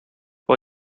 può